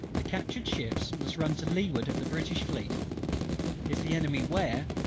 the captured ships must run to leeward of the british fleet if the enemy wear,